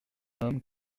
homme